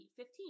15